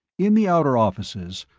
in the outer offices,